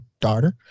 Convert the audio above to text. daughter